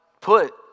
put